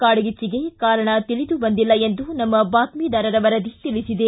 ಕಾಡ್ಗಿಚ್ಚಿಗೆ ಕಾರಣ ತಿಳಿದು ಬಂದಿಲ್ಲ ಎಂದು ನಮ್ಮ ಬಾತ್ಮಿದಾರರ ವರದಿ ತಿಳಿಬಿದೆ